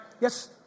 yes